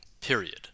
period